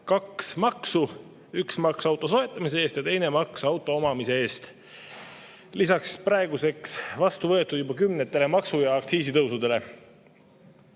kaks maksu: üks maks auto soetamise eest ja teine maks auto omamise eest, lisaks juba praeguseks vastuvõetud kümnetele maksu‑ ja aktsiisitõusudele. Kümneid